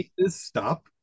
Stop